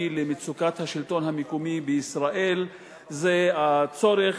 למצוקת השלטון המקומי בישראל זה הצורך,